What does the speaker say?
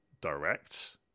direct